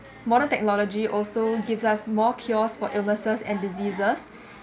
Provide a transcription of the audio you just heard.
modern technology also gives us more cures for illnesses and diseases